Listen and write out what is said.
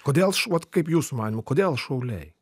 kodėl šuo vat kaip jūsų manymu kodėl šauliai